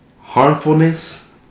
harmfulness